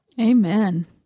Amen